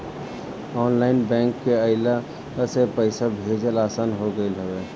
online bank के अइला से पईसा भेजल आसान हो गईल हवे